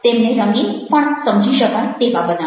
તેમને રંગીન પણ સમજી શકાય તેવા બનાવો